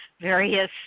various